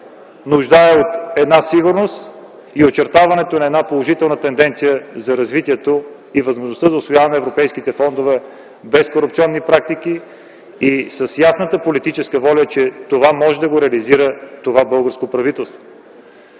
нуждае от сигурност и очертаването на положителна тенденция за развитието и за възможността да усвояваме европейските фондове без корупционни практики и с ясната политическа воля, че това може да бъде реализирано от настоящото българско правителство.